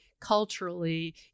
culturally